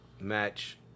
match